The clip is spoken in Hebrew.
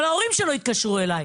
אבל ההורים שלו התקשרו אלי,